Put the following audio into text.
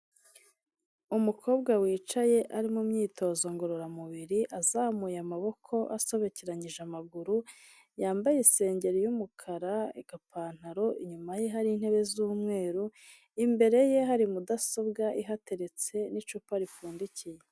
Umukobwa wicaye ari mu myitozo ngororamubiri azamuye amaboko asobekeranyije amaguru, yambaye isengeri y'umukara, agapantaro, inyuma ye hari intebe z'umweru, imbere ye hari mudasobwa ihateretse n'icupa ripfundikiye.